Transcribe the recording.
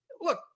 look